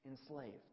enslaved